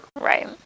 Right